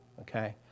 okay